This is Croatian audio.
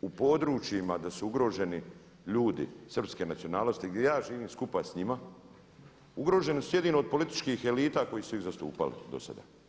u područjima da su ugroženi ljudi srpske nacionalnosti gdje ja živim skupa s njima, ugroženi su jedino od političkih elita koji su ih zastupali do sada.